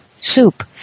soup